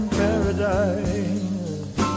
paradise